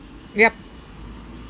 yup